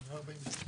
תיירות,